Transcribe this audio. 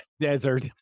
Desert